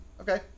Okay